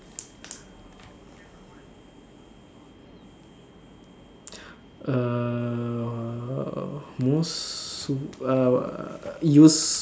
err most uh